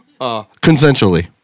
Consensually